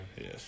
yes